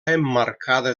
emmarcada